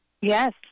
Yes